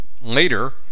later